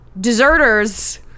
deserters